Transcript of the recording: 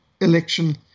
election